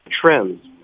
trends